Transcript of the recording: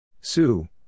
Sue